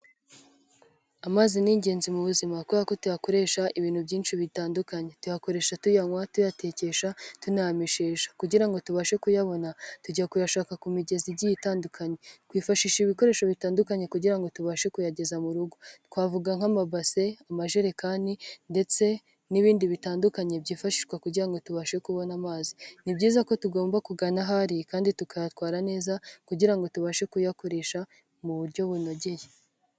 amazi n'ingenzi mu buzima kubera ko tuyakoresha ibintu byinshi bitandukanye tuyakoresha tuyanywa tuyatekesha tunayameshesha kugira ngo tubashe kuyabona tujya kuyashaka ku migezi igiye itandukanye twifashisha ibikoresho bitandukanye kugira ngo tubashe kuyageza mu rugo twavuga nk'amabase ,amajerekani ndetse n'ibindi bitandukanye byifashishwa kugirango ngo tubashe kubona amazi ni byiza ko tugomba kugana ahari kandi tukayatwara neza kugira ngo tubashe kuyakoresha mu buryo bunogeye.